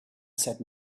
said